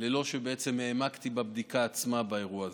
ללא שהעמקתי בבדיקה עצמה באירוע הזה: